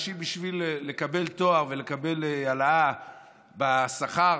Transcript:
שבשביל לקבל תואר ולקבל העלאה בשכר